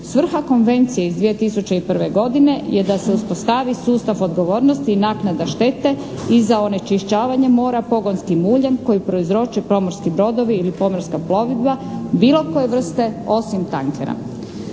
Svrha konvencije iz 2001. godine je da se uspostavi sustav odgovornosti i naknada štete i za onečišćavanje mora pogonskim uljem koji prouzroče pomorski brodovi ili pomorska plovidba bilo koje vrste osim tankera.